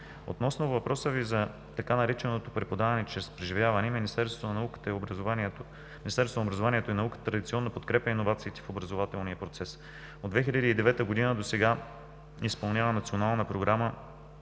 Относно въпроса Ви за така нареченото „преподаване чрез преживяване“ Министерството на образованието и науката традиционно подкрепя иновациите в образователния процес. От 2009 г. досега изпълнява Национална програма